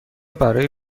برای